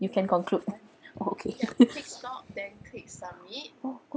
you can conclude okay